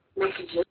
Messages